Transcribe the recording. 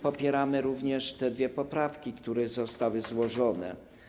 Popieramy również te dwie poprawki, które zostały złożone.